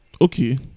Okay